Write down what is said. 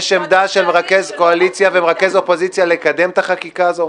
יש עמדה של מרכז אופוזיציה וראש הקואליציה לקדם את החקיקה הזאת.